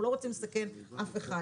אנחנו לא רוצים לסכן אף אחד,